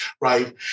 right